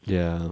ya